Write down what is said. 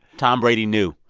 tom brady knew.